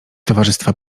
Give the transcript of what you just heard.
towarzystwa